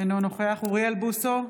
אינו נוכח אוריאל בוסו,